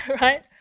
right